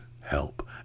help